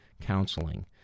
counseling